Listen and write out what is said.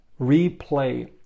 replay